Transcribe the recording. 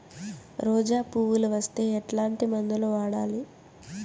రోజా పువ్వులు వస్తే ఎట్లాంటి మందులు వాడాలి?